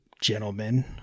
gentlemen